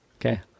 okay